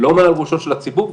לא מעל ראשו של הציבור.